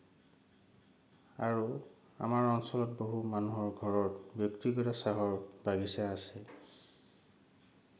আৰু আমাৰ অঞ্চলত বহুত মানুহৰ ঘৰত ব্যক্তিগত চাহৰ বাগিচা আছে